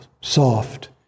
soft